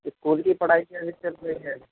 school کی پڑھائی کیسی چل رہی ہے